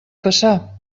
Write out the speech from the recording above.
passar